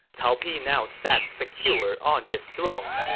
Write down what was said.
cao pi now sat secure on his throne.